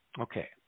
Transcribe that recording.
Okay